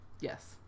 yes